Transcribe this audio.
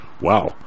Wow